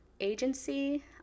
agency